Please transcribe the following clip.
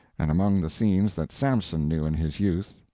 and among the scenes that samson knew in his youth,